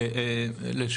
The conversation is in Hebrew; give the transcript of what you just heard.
בבקשה.